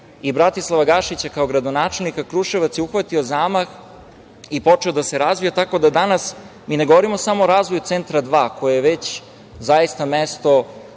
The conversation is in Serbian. i Bratislava Gašića kao gradonačelnika, Kruševac je uhvatio zamah i počeo da se razvija, tako da danas mi ne govorimo samo o razvoju centra dva, koje je već zaista mesto